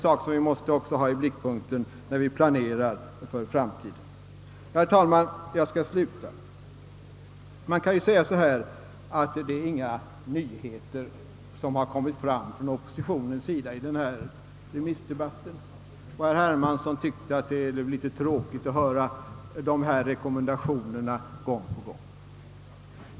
Det måste vi ha i blickpunkten när vi planerar för framtiden. Man kan säga att det inte är några nyheter som förts fram från oppositionens sida i denna remissdebatt. Herr Hermansson tyckte att det blev litet trå kigt att höra dessa rekommendationer gång på gång.